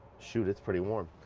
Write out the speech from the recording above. shoot it's pretty warm.